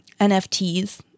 NFTs